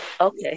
Okay